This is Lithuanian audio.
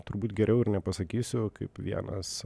turbūt geriau ir nepasakysiu kaip vienas